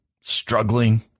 struggling